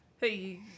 Hey